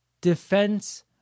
defense